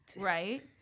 right